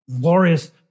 glorious